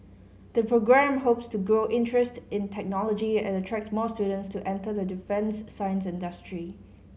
the programme hopes to grow interest in technology and attract more students to enter the defence science industry